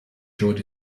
joined